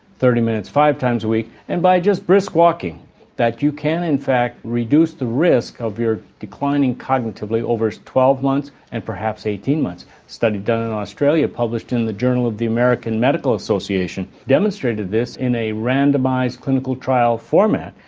thirty minutes five times a week and by just brisk walking that you can in fact reduce the risk of your declining cognitively over twelve months and perhaps eighteen months. a study done in australia published in the journal of the american medical association demonstrated this in a randomised clinical trial format,